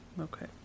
Okay